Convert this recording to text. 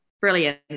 Brilliant